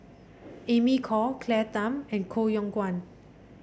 Amy Khor Claire Tham and Koh Yong Guan